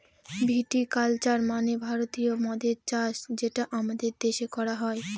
ভিটি culture মানে ভারতীয় মদ্যের চাষ যেটা আমাদের দেশে করা হয়